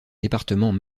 départements